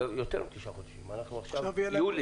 אין עילה